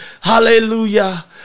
hallelujah